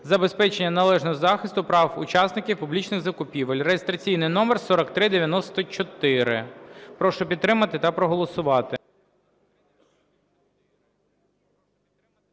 забезпечення належного захисту прав учасників публічних закупівель (реєстраційний номер 4394). Прошу підтримати та проголосувати.